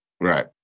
Right